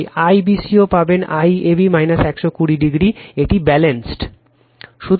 তাই IBC ও পাবেন IAB 120o এটি ব্যালেন্সড